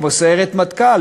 כמו סיירת מטכ"ל.